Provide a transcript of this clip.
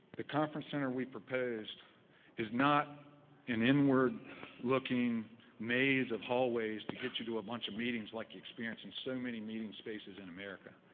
the conference center we proposed is not an inward looking maze of hallways to get you to a bunch of meetings like you experience in so many meeting spaces in america,